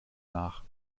nach